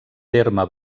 terme